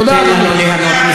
תודה, אדוני.